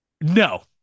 No